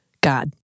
God